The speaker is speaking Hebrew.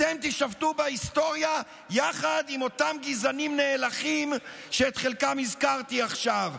אתם תישפטו בהיסטוריה יחד עם אותם גזענים נאלחים שאת חלקם הזכרתי עכשיו.